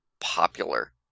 popular